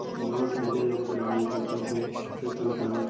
মাছ মেরলে আমাদের আয় উপার্জন করে সংসার চালাতে হয়